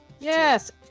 Yes